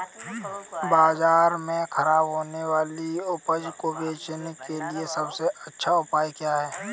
बाजार में खराब होने वाली उपज को बेचने के लिए सबसे अच्छा उपाय क्या है?